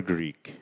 Greek